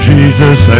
Jesus